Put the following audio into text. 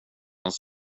hans